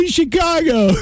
Chicago